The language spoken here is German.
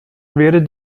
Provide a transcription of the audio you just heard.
wäre